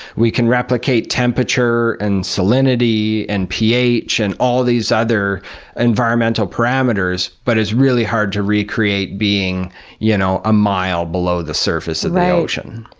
we can replicate temperature, and salinity, and ph, and all these other environmental parameters, but it's really hard to recreate being you know a mile below the surface of the ocean.